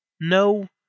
No